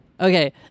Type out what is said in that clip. Okay